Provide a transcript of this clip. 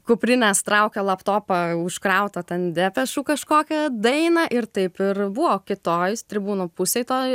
kuprinės traukia laptopą užkrautą ten depešų kažkokią dainą ir taip ir buvo kitoj tribūnų pusėj toj